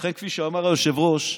לכן, כפי שאמר היושב-ראש,